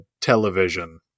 television